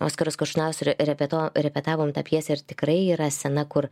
oskaras košnausurio repeto repetavom tą pjesę ir tikrai yra scena kur